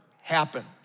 happen